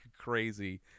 crazy